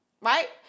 right